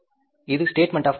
இது statement of cost